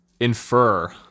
Infer